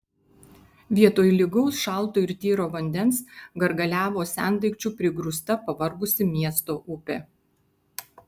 vietoj lygaus šalto ir tyro vandens gargaliavo sendaikčių prigrūsta pavargusi miesto upė